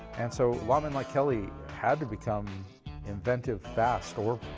and so lawmen like kelley had to become inventive fast or,